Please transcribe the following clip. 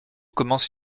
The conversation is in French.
commence